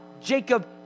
Jacob